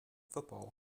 football